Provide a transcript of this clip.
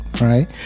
Right